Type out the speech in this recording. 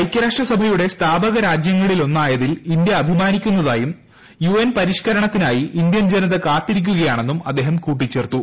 ഐക്യരാഷ്ട്രസഭയുടെ സ്ഥാപക രാജ്യങ്ങളിലൊന്നായതിൽ ഇന്ത്യ അഭിമാനിക്കുന്നതായും യുഎൻ പരിഷ്കരണത്തിനായി ഇന്ത്യൻ ജനത കാത്തിരിക്കുകയാണെന്നും അദ്ദേഹം കൂട്ടിച്ചേർത്തു